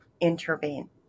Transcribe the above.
intervene